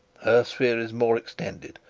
sphere is more extended,